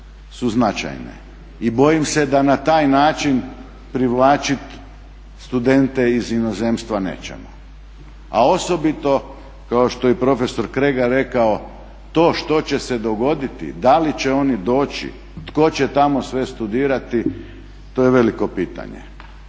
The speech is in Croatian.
su značajne. I bojim se da na taj način privlačiti studente iz inozemstva nećemo. A osobito, kao što je i prof. Kregar rekao, to što će se dogoditi da li će oni doći, tko će tamo sve studirati to je veliko pitanje.